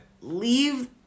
Leave